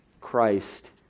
Christ